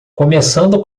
começando